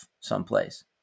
someplace